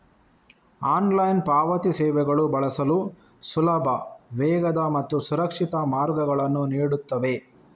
online ಪಾವತಿ ಸೇವೆಗಳು ಬಳಸಲು ಸುಲಭ, ವೇಗದ ಮತ್ತು ಸುರಕ್ಷಿತ ಮಾರ್ಗಗಳನ್ನು ನೀಡುತ್ತವೆ